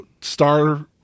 star –